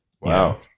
wow